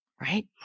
Right